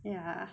ya